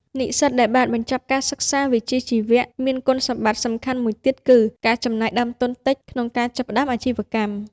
និស្សិតដែលបានបញ្ចប់ការសិក្សាវិជ្ជាជីវៈមានគុណសម្បត្តិសំខាន់មួយទៀតគឺ ការចំណាយដើមទុនតិច ក្នុងការចាប់ផ្តើមអាជីវកម្ម។